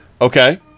Okay